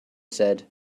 said